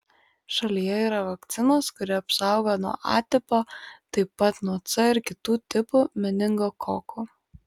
šalyje yra vakcinos kuri apsaugo nuo a tipo taip pat nuo c ir kitų tipų meningokokų